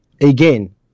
again